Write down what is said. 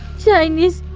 chinese,